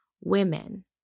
women